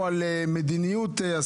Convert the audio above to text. אנחנו מדווחים על זה לכנסת.